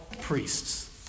priests